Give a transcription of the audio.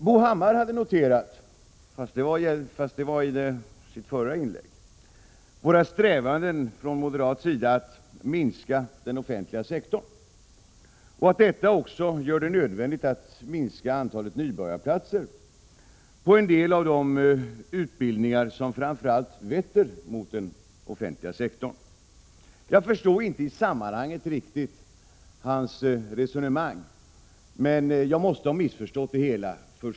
Bo Hammar hade noterat — fast det var under föregående ärende — moderaternas strävanden att minska den offentliga sektorn, och att detta gör det nödvändigt att minska antalet nybörjarplatser på en del av de utbildningar som framför allt vetter mot den offentliga sektorn. Jag förstår inte riktigt hans resonemang i sammanhanget, men jag måste ha missförstått det hela.